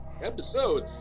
episode